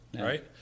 right